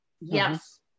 yes